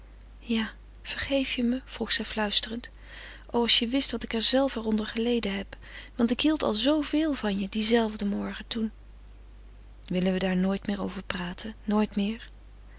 ja vergeef je me vroeg zij fluisterend o als je wist wat ik zelf er onder geleden heb want ik hield al zooveel van je dienzelfden morgen toen willen we daar nooit meer over praten nooit meer